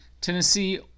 Tennessee